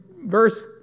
verse